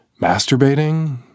masturbating